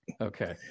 Okay